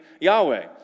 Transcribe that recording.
Yahweh